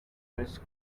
dress